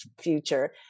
future